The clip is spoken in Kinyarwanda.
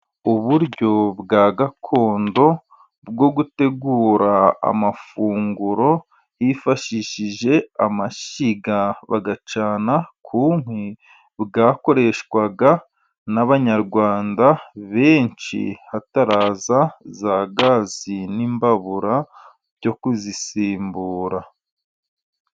Uburyo bwa gakondo bwo gutegura amafunguro hifashishije amashyiga bagacana ku nkwi, bwakoreshwaga n'abanyarwanda benshi hataraza za gazi n'imbabura byo kuzisimbura.